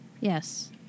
Yes